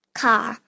car